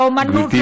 לאומנות,